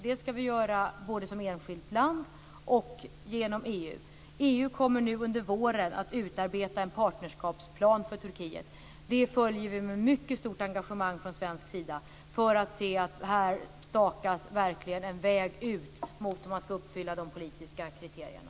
Det ska vi göra både som enskilt land och genom EU. EU kommer under våren att utarbeta en partnerskapsplan för Turkiet. Detta följer vi med mycket stort engagemang från svensk sida för att se att det här verkligen stakas ut en väg mot ett uppfyllande av de politiska kriterierna.